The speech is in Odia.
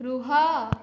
ରୁହ